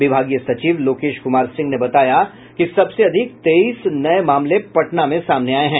विभागीय सचिव लोकेश कुमार सिंह ने बताया कि सबसे अधिक तेईस नये मामले पटना में सामने आये हैं